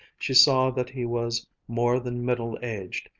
she saw that he was more than middle-aged,